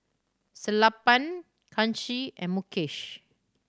Sellapan Kanshi and Mukesh